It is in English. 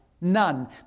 None